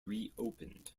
reopened